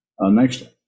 next